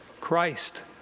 Christ